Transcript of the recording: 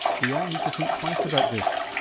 we all need to think twice about this.